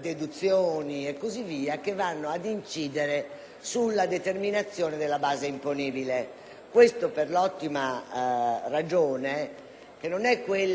deduzioni e così via che vanno ad incidere sulla determinazione della base imponibile. Questo per un'ottima ragione, che non è quella sulla quale si è soffermato anche stamattina